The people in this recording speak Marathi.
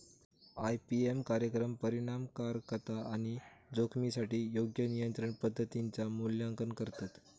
आई.पी.एम कार्यक्रम परिणामकारकता आणि जोखमीसाठी योग्य नियंत्रण पद्धतींचा मूल्यांकन करतत